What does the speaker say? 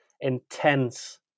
intense